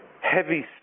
heavy